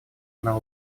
она